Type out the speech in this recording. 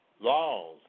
laws